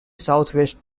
southwest